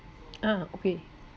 ah okay